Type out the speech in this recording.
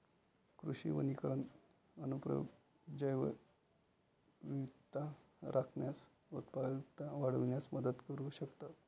कृषी वनीकरण अनुप्रयोग जैवविविधता राखण्यास, उत्पादकता वाढविण्यात मदत करू शकतात